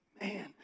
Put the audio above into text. man